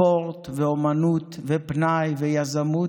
ספורט ואומנות, ופנאי ויזמות,